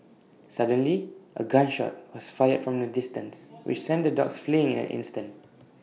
suddenly A gun shot was fired from A distance which sent the dogs fleeing in an instant